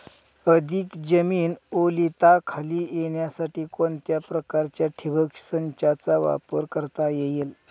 अधिक जमीन ओलिताखाली येण्यासाठी कोणत्या प्रकारच्या ठिबक संचाचा वापर करता येईल?